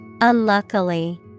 Unluckily